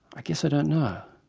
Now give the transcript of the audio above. i guess i don't know.